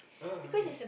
ah okay